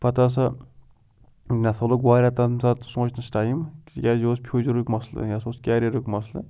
پَتہٕ ہَسا مےٚ ہَسا لوٚگ وارِیاہ تَمہِ ساتہٕ سونٛچنَس ٹایم تِکیٛازِ یہِ اوٗس فیوٗچرُک مَسلہٕ یِہِ ہسا اوٗس کیرِیرُک مَسلہٕ